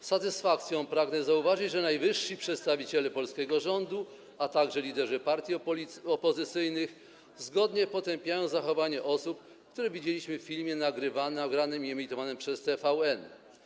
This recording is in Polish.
Z satysfakcją pragnę zauważyć, że najwyżsi przedstawiciele polskiego rządu, a także liderzy partii opozycyjnych zgodnie potępiają zachowanie osób, które widzieliśmy w filmie nagranym i emitowanym przez TVN.